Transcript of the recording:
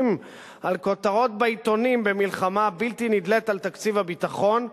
על כותרות בעיתונים במלחמה הבלתי-נדלית על תקציב הביטחון,